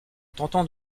tentant